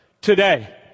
today